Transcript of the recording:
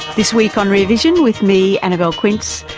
this week on rear vision with me, annabelle quince,